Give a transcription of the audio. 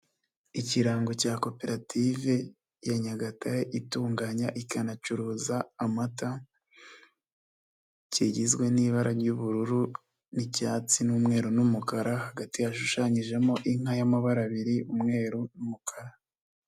kirango cya koperative ya Nyagatare itunganya ikanacuruza amata, kigizwe n'ibara ry'ubururu n'icyatsi n'umweru n'umukara, hagati hashushanyijemo inka y'amabara abiri, umweru n'umukara.